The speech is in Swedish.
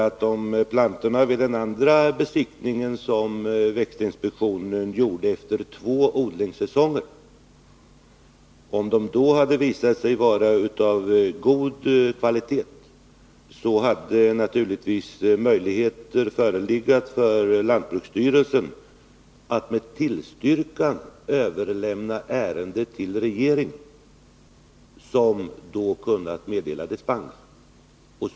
Om plantorna vid den inspektion som växtinspektionen gjorde efter två odlingssäsonger hade visat sig vara av god kvalitet, Sven Munke, hade naturligtvis möjligheter förelegat för lantbruksstyrelsen att med tillstyrkan överlämna ärendet till regeringen, som då kunnat meddela dispens.